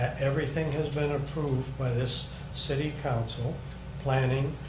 everything has been approved by this city council planning.